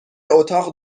اتاق